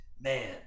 man